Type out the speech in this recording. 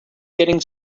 getting